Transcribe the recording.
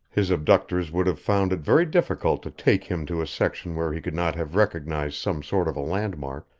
his abductors would have found it very difficult to take him to a section where he could not have recognized some sort of a landmark,